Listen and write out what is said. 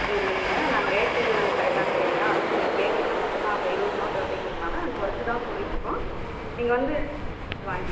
இல்லைங்க நாங்கள் ரேட்டு கரெக்டான ரேட்டு தான் அதுவும் நீங்கள் கேக்கிறீங்க மொத்தமாக இப்போ இருபது நோட்டு அப்படிங்கிறதுனால நாங்கள் கொறைச்சி தான் சொல்லிட்டுருக்கோம் நீங்கள் வந்து வாங்கி